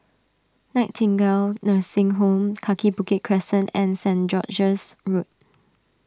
Nightingale Nursing Home Kaki Bukit Crescent and Saint George's Road